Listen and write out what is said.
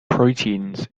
proteins